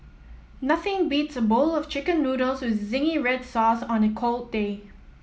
nothing beats a bowl of Chicken Noodles with zingy red sauce on a cold day